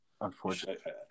unfortunately